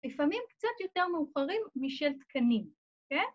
לפעמים קצת יותר מאופרים משל תקנים, כן?